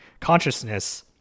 consciousness